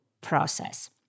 process